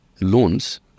loans